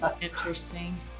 Interesting